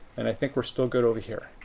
and i think we're still good over here.